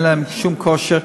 אין להם שום כושר.